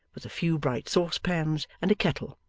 with a few bright saucepans and a kettle,